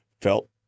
felt